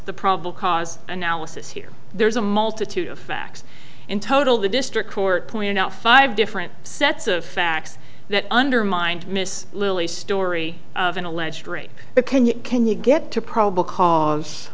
the probable cause analysis here there's a multitude of facts in total the district court pointed out five different sets of facts that undermined miss lily story of an alleged rape but can you can you get to probable cause